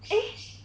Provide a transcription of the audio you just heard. eh